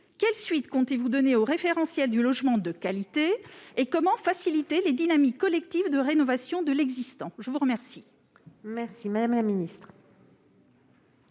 quelles suites comptez-vous donner au référentiel du logement de qualité ? Comment faciliter les dynamiques collectives de rénovation de l'existant ? La parole est à Mme la ministre